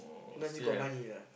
must be got money lah